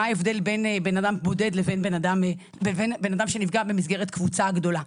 מה ההבדל בין בן אדם בודד לבין בן אדם שנפגע במסגרת קבוצה גדולה,